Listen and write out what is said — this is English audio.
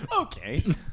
Okay